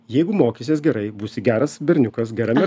jeigu mokysies gerai būsi geras berniukas gera